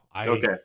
Okay